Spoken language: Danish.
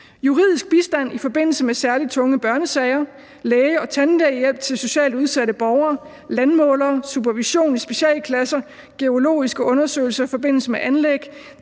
Juridisk bistand i forbindelse med særlig tunge børnesager, læge- og tandlægehjælp til socialt udsatte borgere, arbejde udført af landmålere, supervision i specialklasser, geologiske undersøgelser i forbindelse med anlæg,